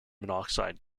monoxide